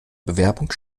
bewerbung